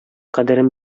кадерен